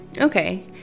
Okay